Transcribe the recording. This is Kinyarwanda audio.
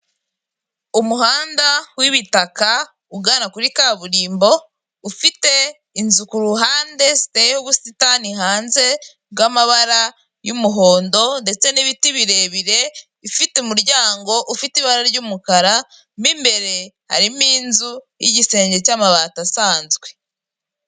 Umuhanda w'ibitaka ugana kuri kaburimbo, ufite inzu ku ruhande ziteyeho ubusitani hanze bw'amabara y'umuhondo ndetse n'ibiti birebire. Ifite umuryango ufite ibara ry'umukara, mw'imbere harimo inzu, y'igisenge cy'amabati asanzwe.